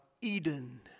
Eden